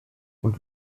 und